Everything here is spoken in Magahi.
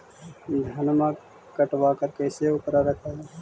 धनमा कटबाकार कैसे उकरा रख हू?